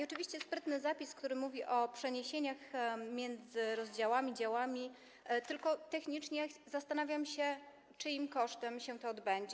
Oczywiście jest sprytny zapis, który mówi o przeniesieniach między rozdziałami i działami, tylko technicznie zastanawiam się, czyim kosztem to się odbędzie.